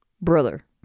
Brother